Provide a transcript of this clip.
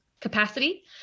capacity